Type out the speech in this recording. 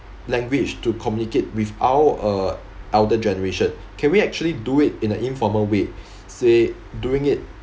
language to communicate with our uh elder generation can we actually do it in a informal way say doing it